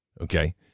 okay